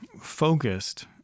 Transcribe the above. focused